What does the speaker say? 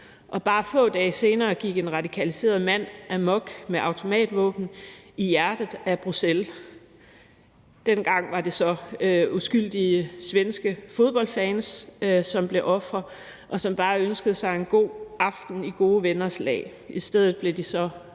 og bare få dage senere gik en radikaliseret mand amok med automatvåben i hjertet af Bruxelles. Denne gang var det så uskyldige svenske fodboldfans, som blev ofre, og som bare ønskede sig en god aften i gode venners lag. I stedet blev de så